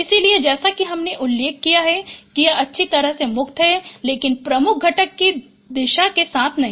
इसलिए जैसा कि हमने उल्लेख किया है कि यह अच्छी तरह से मुक्त है लेकिन प्रमुख घटक की दिशा के साथ नहीं